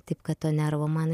taip kad to nervo man